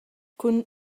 cun